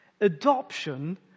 adoption